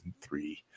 three